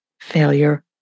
failure